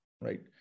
right